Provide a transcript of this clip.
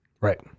right